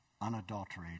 unadulterated